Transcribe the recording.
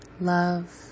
love